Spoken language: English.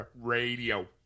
radio